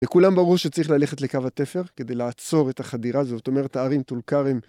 לכולם ברור שצריך ללכת לקו התפר כדי לעצור את החדירה הזו, זאת אומרת, ערים טולכרם...